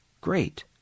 Great